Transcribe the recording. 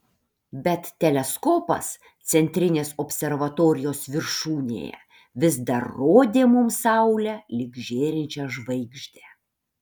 bet teleskopas centrinės observatorijos viršūnėje vis dar rodė mums saulę lyg žėrinčią žvaigždę